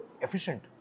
efficient